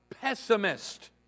pessimist